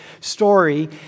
story